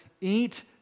eat